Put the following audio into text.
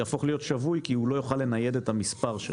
יהפוך להיות שבוי כי הוא לא יוכל לנייד את המספר שלו.